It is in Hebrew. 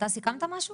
אתה סיכמת משהו?